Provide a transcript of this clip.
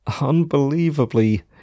unbelievably